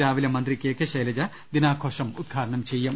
രാവിലെ മന്ത്രി കെ കെ ശൈലജ ദിനാഘോഷം ഉദ്ഘാടനം ചെയ്യും